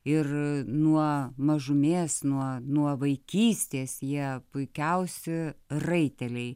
ir nuo mažumės nuo nuo vaikystės jie puikiausi raiteliai